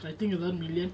I think around million